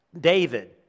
David